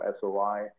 SOI